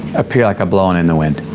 appear like i'm blowing in the wind.